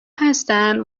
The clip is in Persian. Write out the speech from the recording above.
هستند